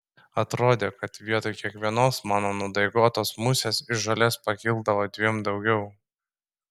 atrodė kad vietoj kiekvienos mano nudaigotos musės iš žolės pakildavo dviem daugiau